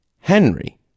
Henry